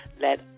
Let